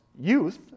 youth